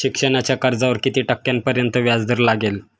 शिक्षणाच्या कर्जावर किती टक्क्यांपर्यंत व्याजदर लागेल?